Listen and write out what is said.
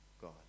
God